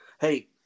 Hey